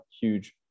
huge